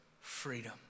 freedom